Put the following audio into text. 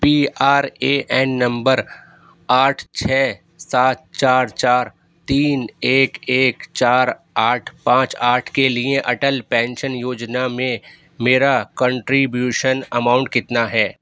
P R A N number آٹھ چھ سات چار چار تین ایک ایک چار آٹھ پانچ آٹھ کے لیے اٹل پینشن یوجنا میں میرا کنٹری بیوشن اماؤنٹ کتنا ہے